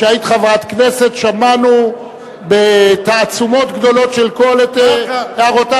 כשהיית חברת כנסת שמענו בתעצומות גדולות של קול את הערותייך.